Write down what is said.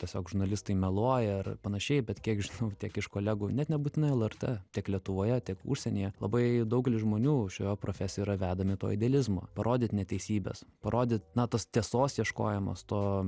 tiesiog žurnalistai meluoja ar panašiai bet kiek žinau tiek iš kolegų net nebūtinai lrt tiek lietuvoje tiek užsienyje labai daugelis žmonių šioje profesijoje yra vedami to idealizmo parodyt neteisybes parodyt na tas tiesos ieškojimas to